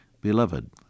Beloved